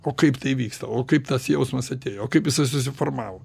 o kaip tai vyksta o kaip tas jausmas atėjo o kaip jisai susiformavo